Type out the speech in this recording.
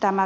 tämä